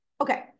Okay